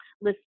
list